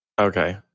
Okay